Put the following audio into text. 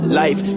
life